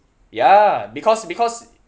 ya because because